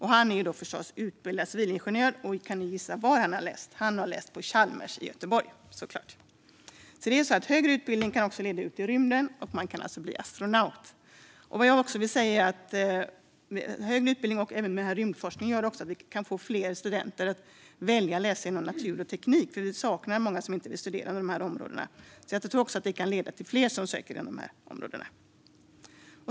Han är förstås utbildad civilingenjör. Kan ni gissa var han har läst? Han har läst på Chalmers i Göteborg, såklart. Högre utbildning kan också leda ut i rymden. Man kan alltså bli astronaut. Högre utbildning och även rymdforskning gör att vi kan få fler studenter att välja att läsa inom natur och teknik. Det är många som inte vill studera inom de områdena. Detta kan leda till att fler söker till de områdena.